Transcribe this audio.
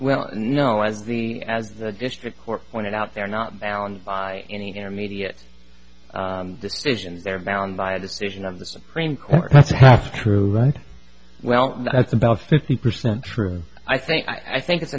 well know as the as the district court pointed out they're not bound by any intermediate decision they're bound by a decision of the supreme court that's true right well that's about fifty percent true i think i think it's